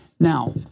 Now